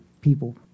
people